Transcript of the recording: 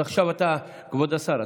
כבוד השר,